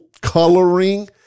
coloring